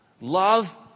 Love